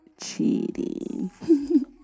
Cheating